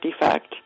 defect